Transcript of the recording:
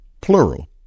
Plural